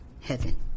heaven